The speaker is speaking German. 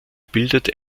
bildet